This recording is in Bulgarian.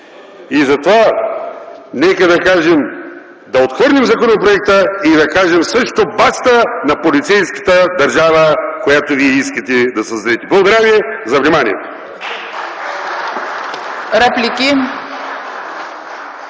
Затова нека да отхвърлим законопроекта и да кажем също „Баста!” на полицейската държава, която вие искате да създадете. Благодаря за вниманието.